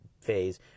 phase